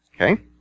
Okay